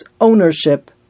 ownership